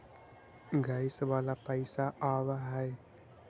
Gas वाला पैसा आव है?